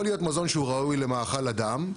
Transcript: יכול להיות מזון שהוא ראוי למאכל אדם,